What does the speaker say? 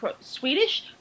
Swedish